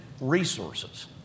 resources